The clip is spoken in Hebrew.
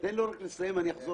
אין התיקונים התקבלו.